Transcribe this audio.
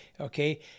Okay